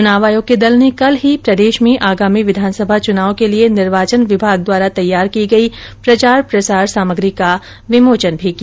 चुनाव आयोग के दल ने कल ही प्रदेश में आगामी विधानसभा चुनाव के लिए निर्वाचन विभाग द्वारा तैयार की गई प्रचार प्रसार सामग्री का विमोचन भी किया